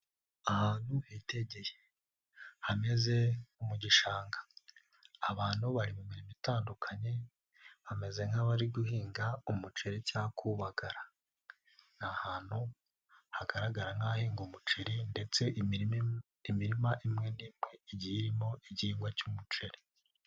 Ahantu hitegeye hameze nko mu gishanga, abantu bari mu mirimo itandukanye, bameze nk'abari guhinga umuceri cyangwa kubagara, ni ahantu hagaragara nk'ahahingwa umuceri ndetse imirima imwe igiye irimo igihingwa cy'umuceri.